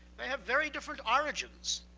they have very different origins.